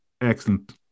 Excellent